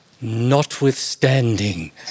notwithstanding